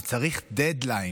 זה מצריך דדליין.